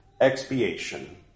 Expiation